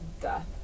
death